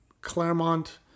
Claremont